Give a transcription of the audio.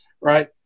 right